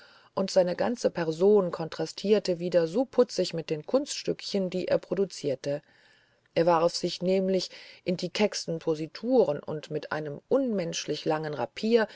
und seine ganze person kontrastierte wieder so putzig mit den kunststücken die er produzierte er warf sich nämlich in die kecksten posituren und mit einem unmenschlich langen rapiere